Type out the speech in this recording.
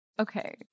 Okay